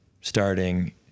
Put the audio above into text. starting